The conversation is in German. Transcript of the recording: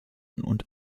und